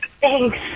Thanks